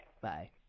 Bye